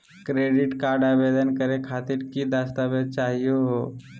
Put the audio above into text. Credit card आवेदन करे खातीर कि क दस्तावेज चाहीयो हो?